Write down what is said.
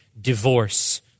Divorce